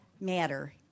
matter